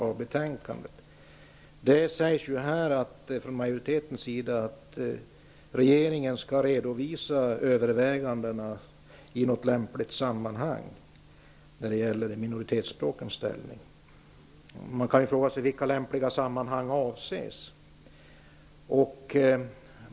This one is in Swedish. Från majoritetens sida säger man att regeringen i något lämpligt sammanhang skall redovisa övervägandena när det gäller minoritetsspråkens ställning. Man kan fråga sig vilka lämpliga sammanhang som avses.